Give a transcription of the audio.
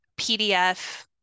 PDF